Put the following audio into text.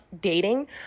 dating